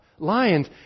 Lions